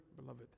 beloved